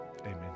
amen